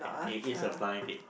it is a blind date